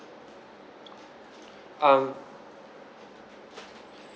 um